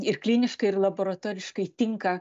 ir kliniškai ir laboratoriškai tinka